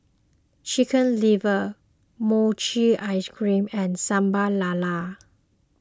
Chicken Liver Mochi Ice Cream and Sambal Lala